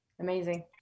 Amazing